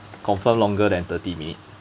confirm longer than thirty minutes